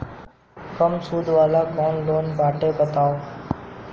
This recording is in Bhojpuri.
कम सूद वाला कौन लोन बाटे बताव?